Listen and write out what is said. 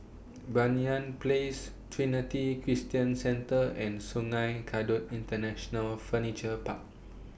Banyan Place Trinity Christian Centre and Sungei Kadut International Furniture Park